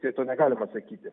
tai to negalim atsakyti